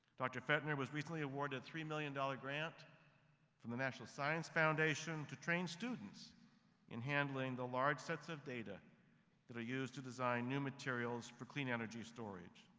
dr. pfaendtner was recently awarded a three million dollars grant from the national science foundation to train students in handling the large sets of data that are used to design new materials for clean energy storage.